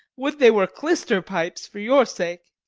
would they were clyster-pipes for your sake!